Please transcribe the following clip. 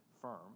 firm